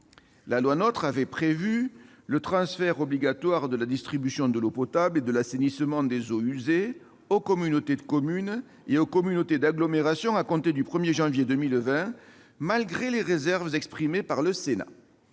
La loi NOTRe a prévu le transfert obligatoire de la distribution de l'eau potable et de l'assainissement des eaux usées aux communautés de communes et aux communautés d'agglomération à compter du 1janvier 2020, malgré les réserves exprimées par le Sénat.